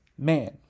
Man